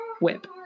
whip